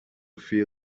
feel